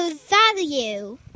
value